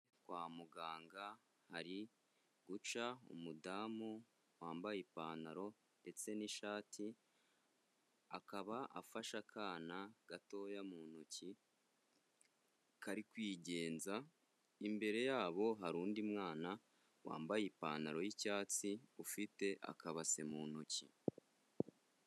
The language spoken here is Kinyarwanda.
Kwa muganga hari guca umudamu wambaye ipantaro ndetse n'ishati, akaba afashe akana gatoya mu ntoki kari kwigenza, imbere yabo, hari undi mwana wambaye ipantaro y'icyatsi, ufite akabase mu ntoki.